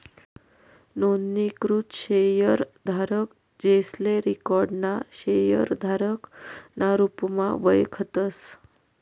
नोंदणीकृत शेयरधारक, जेसले रिकाॅर्ड ना शेयरधारक ना रुपमा वयखतस